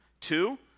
Two